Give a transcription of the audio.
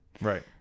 Right